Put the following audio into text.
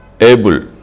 able